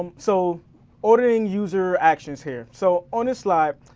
so auditing user actions here. so on this slide,